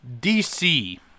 DC